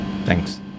Thanks